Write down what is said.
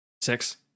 Six